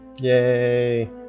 Yay